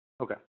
okay